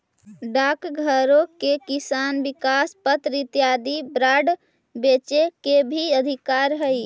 डाकघरो के किसान विकास पत्र इत्यादि बांड बेचे के भी अधिकार हइ